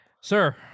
Sir